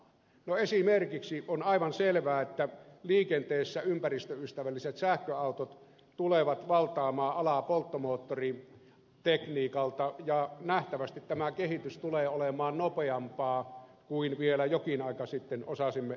no esimerkiksi on aivan selvää että liikenteessä ympäristöystävälliset sähköautot tulevat valtaamaan alaa polttomoottoritekniikalta ja nähtävästi tämä kehitys tulee olemaan nopeampaa kuin vielä jokin aika sitten osasimme ennakoidakaan